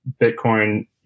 Bitcoin